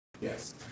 Yes